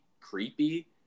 creepy